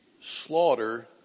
slaughter